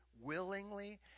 willingly